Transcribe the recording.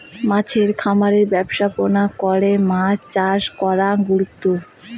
মাছের খামারের ব্যবস্থাপনা করে মাছ চাষ করাং গুরুত্ব